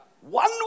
One